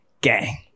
Gang